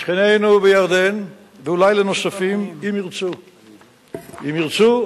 לשכנינו בירדן, ואולי לנוספים, אם ירצו.